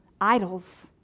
idols